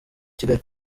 kigali